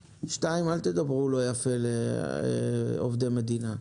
2. אל תדברו לא יפה לעובדי מדינה.